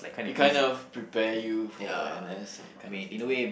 it kind of prepare you for n_s that kind of thing